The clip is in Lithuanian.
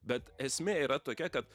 bet esmė yra tokia kad